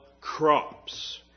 crops